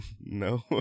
No